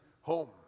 home